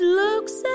looks